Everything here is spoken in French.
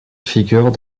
figurent